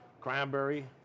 cranberry